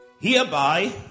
Hereby